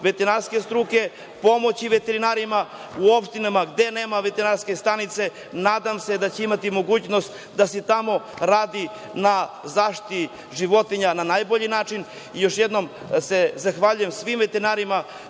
veterinarske struke, pomoć veterinarima u opštinama gde nema veterinarske stanice. Nadam se da će imati mogućnost da se i tamo radi na zaštiti životinja na najbolji način. Još jednom se zahvaljujem svim veterinarima,